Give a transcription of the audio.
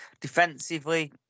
Defensively